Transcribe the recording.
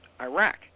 Iraq